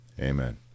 amen